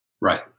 Right